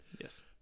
Yes